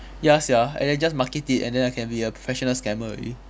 ya sia and I just market it and then I can be a professional scammer already